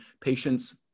patients